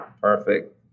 Perfect